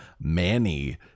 Manny